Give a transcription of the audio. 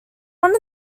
one